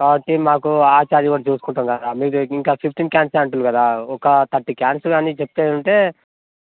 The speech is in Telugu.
కాబట్టి మాకు ఆ చార్జ్ కూడా చూసుకుంటాము కాదా మీరు ఇంకా ఫిఫ్టీన్ క్యాన్సే అంటున్నారు కదా ఒక థర్టీ క్యాన్స్ కానీ చెప్పేది ఉంటే